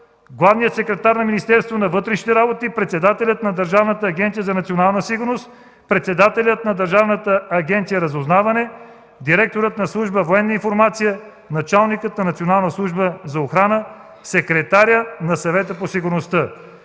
главният секретар на Министерството на вътрешните работи, председателят на Държавна агенция „Национална сигурност”, председателят на Държавна агенция „Разузнаване”, директорът на служба „Военна информация”, началникът на Национална служба за охрана, секретарят на Съвета по сигурността,